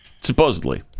supposedly